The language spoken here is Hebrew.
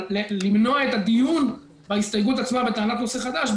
אבל למנוע את הדיון בהסתייגות עצמה בטענת נושא חדש?